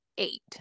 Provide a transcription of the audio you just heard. eight